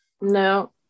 No